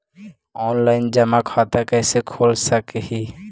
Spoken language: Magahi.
ऑनलाइन जमा खाता कैसे खोल सक हिय?